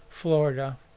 Florida